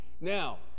Now